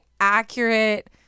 accurate